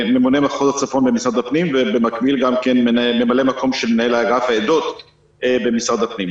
הצפון במשרד הפנים וגם ממלא מקום מנהל אגף העדות במשרד הפנים.